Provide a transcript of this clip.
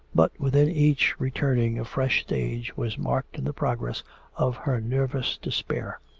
but with each returning a fresh stage was marked in the progress of her nervous despair.